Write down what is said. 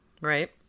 right